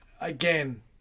Again